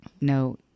no